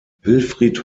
wilfried